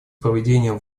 проведением